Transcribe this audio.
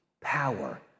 power